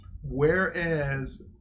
whereas